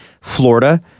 Florida